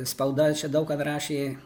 spauda čia daug kad rašė